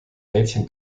mädchen